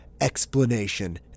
explanation